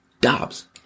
Dobbs